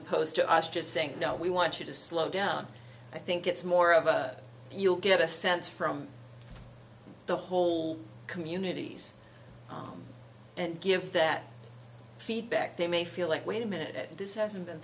opposed to us just saying we want you to slow down i think it's more of a you'll get a sense from the whole communities and give that feedback they may feel like wait a minute this hasn't been